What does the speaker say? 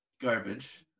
garbage